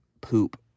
poop